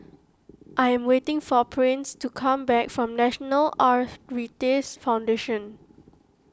I am waiting for Prince to come back from National Arthritis Foundation